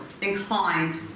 inclined